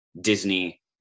Disney